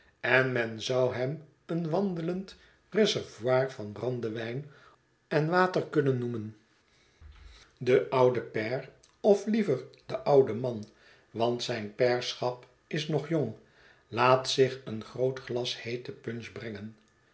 en men zou hem een wandelend reservoir van brandewijn en water kunnen noemen de oude pair of liever de oude man want zijn pairschap is nog jong laat zich een groot glas heete punch